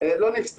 לא על